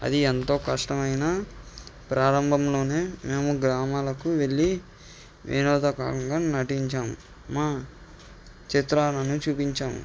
అది ఎంతో కష్టమైనా ప్రారంభంలోనే మేము గ్రామాలకు వెళ్ళి వినోదకరంగా నటించాము మా చిత్రాలను చూపించాము